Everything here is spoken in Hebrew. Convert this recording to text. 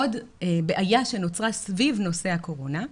עוד בעיה שנוצרה סביב נושא הקורונה,